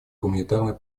гуманитарной